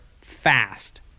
fast